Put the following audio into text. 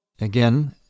Again